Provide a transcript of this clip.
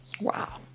Wow